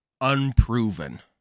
unproven